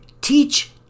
teach